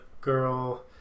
girl